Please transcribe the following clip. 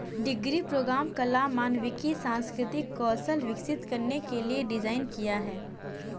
degree programme कला, मानविकी, सांस्कृतिक कौशल विकसित करने के लिए डिज़ाइन किया है